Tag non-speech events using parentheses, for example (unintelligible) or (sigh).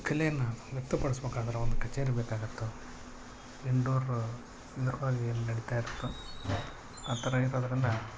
ಕಲೆನ ವ್ಯಕ್ತಪಡಿಸ್ಬೇಕಾದ್ರೆ ಒಂದು ಕಚೇರಿ ಬೇಕಾಗುತ್ತೋ ಇಂಡೋರು (unintelligible) ನಡೀತಾ ಇರುತ್ತೋ ಆ ಥರ ಇರೋದರಿಂದ